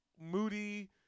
Moody